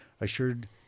assured